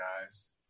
guys